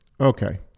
Okay